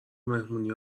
مهمونی